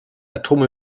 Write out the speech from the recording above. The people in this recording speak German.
atome